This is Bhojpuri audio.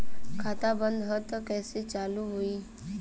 खाता बंद ह तब कईसे चालू होई?